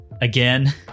again